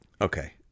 Okay